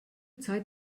zeit